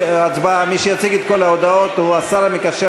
מי שיציג את כל ההודעות הוא השר המקשר